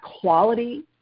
quality